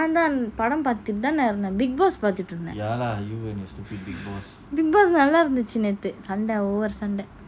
படம் பாத்துட்டு தான இருந்தான்:padam paathutu thaana irunthan big boss பாத்துட்டு இருந்தான்:paathutu irunthan big boss நல்ல இருந்துச்சி நேத்து சண்டை:nalla irunthuchi neathu sanda over சண்டை:sanda